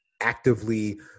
actively